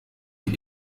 die